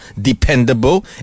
dependable